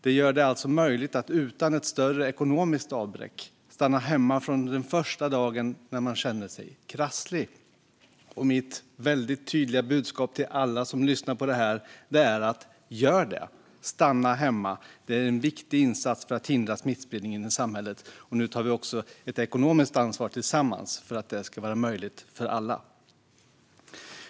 Det gör det möjligt att utan ett större ekonomiskt avbräck stanna hemma från den första dagen när man känner sig krasslig. Mitt väldigt tydliga budskap till alla som lyssnar till detta är: Gör det! Stanna hemma! Det är en viktig insats för att hindra smittspridningen i samhället, och nu tar vi tillsammans också ett ekonomiskt ansvar för att detta ska vara möjligt för alla.